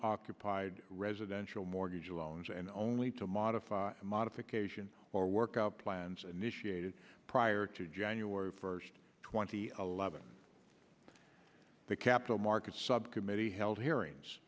occupied residential mortgage loans and only to modify modification or work out plans an issue ated prior to january first twenty a level the capital markets subcommittee held hearings